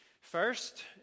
First